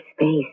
space